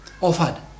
Offered